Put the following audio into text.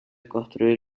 construir